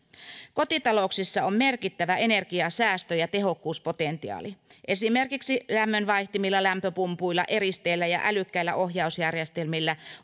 kotitalouksissa on merkittävä energiansäästö ja tehokkuuspotentiaali esimerkiksi lämmönvaihtimilla lämpöpumpuilla eristeillä ja älykkäillä ohjausjärjestelmillä